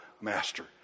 master